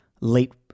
late